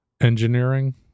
engineering